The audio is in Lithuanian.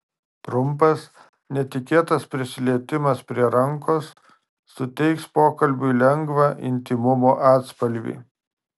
trumpas netikėtas prisilietimas prie rankos suteiks pokalbiui lengvą intymumo atspalvį